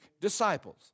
disciples